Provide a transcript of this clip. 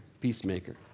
peacemaker